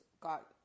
got